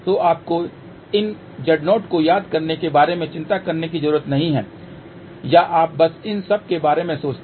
तो आपको इन Z0 को याद करने के बारे में चिंता करने की ज़रूरत नहीं है या आप बस इन सब के बारे में सोचते हैं